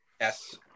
Yes